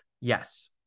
Yes